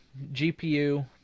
GPU